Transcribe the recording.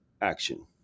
action